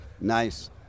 Nice